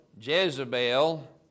Jezebel